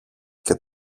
και